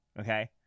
okay